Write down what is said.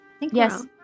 Yes